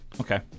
Okay